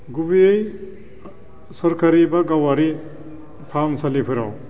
गुबैयै सोरखारि बा गावारि फाहामसालिफोराव